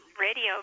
radio